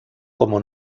como